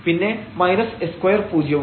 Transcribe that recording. പിന്നെ s2 പൂജ്യവും